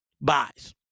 buys